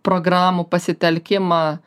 programų pasitelkimą